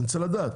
אני רוצה לדעת,